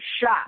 shot